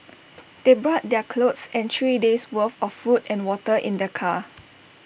they brought their clothes and three days'worth of food and water in their car